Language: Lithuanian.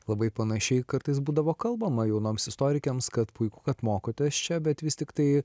labai panašiai kartais būdavo kalbama jaunoms istorikėms kad puiku kad mokotės čia bet vis tiktai